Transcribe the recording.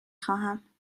خواهم